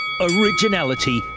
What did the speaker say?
originality